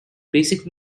basic